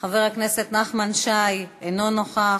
חבר הכנסת נחמן שי, אינו נוכח.